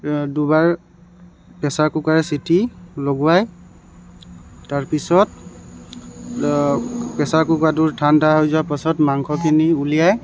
দুবাৰ pressure cooker চিটি লগোৱাই তাৰপিছত প্ৰেছাৰ কুকাৰটো ঠাণ্ডা হৈ যোৱা পিছত মাংসখিনি উলিয়াই